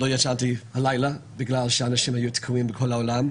לא ישנתי הלילה כי אנשים תקועים בכל העולם.